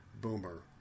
Boomer